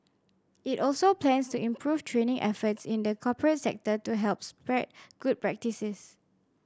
it also plans to improve training efforts in the corporate sector to help spread good practices